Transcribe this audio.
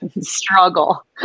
struggle